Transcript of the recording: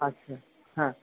আচ্ছা হ্যাঁ